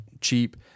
cheap